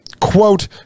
quote